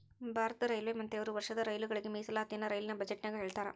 ಭಾರತದ ರೈಲ್ವೆ ಮಂತ್ರಿಯವರು ವರ್ಷದ ರೈಲುಗಳಿಗೆ ಮೀಸಲಾತಿಯನ್ನ ರೈಲಿನ ಬಜೆಟಿನಗ ಹೇಳ್ತಾರಾ